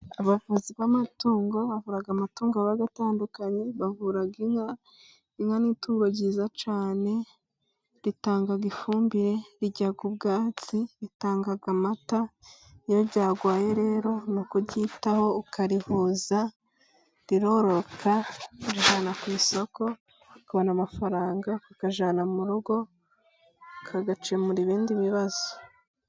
Abavuzi b'amatungo bavura amatungo atandukanye, bavura inka, inka ni itungo ryiza cyane ritanga ifumbire, rirya ubwatsi, ritanga amata, iyo ryarwaye rero ni ukuryitaho ukarivuza, rirororoka, urijyana ku isoko ukabona amafaranga, ukayajyana mu rugo agakemura ibindi bibazo.